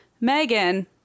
megan